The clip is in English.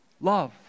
Love